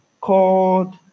called